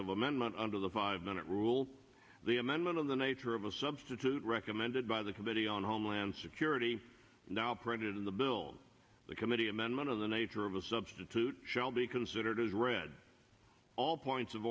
of amendment under the five minute rule the amendment of the nature of a substitute recommended by the committee on homeland security printed in the bill the committee amendment of the nature of a substitute shall be considered as read all points of